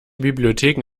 bibliotheken